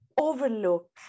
overlook